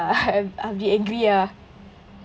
uh I'll be angry ah